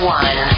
one